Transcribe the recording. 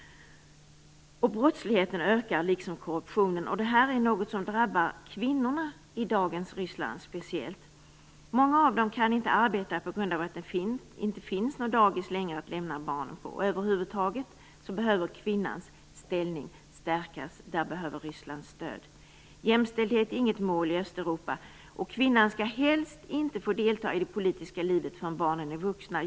Brottsligheten ökar, liksom korruptionen. Det här drabbar speciellt kvinnorna i dagens Ryssland. Många av dem kan inte arbeta på grund av att det inte längre finns några dagis att lämna barnen på. Över huvud taget behöver kvinnans ställning stärkas - där behöver Ryssland stöd. Jämställdhet är inget mål i Östeuropa, och kvinnan skall helst inte delta i det politiska livet förrän barnen är vuxna.